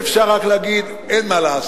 יש כמה תקלות שאי-אפשר רק להגיד: אין מה לעשות.